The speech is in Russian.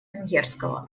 венгерского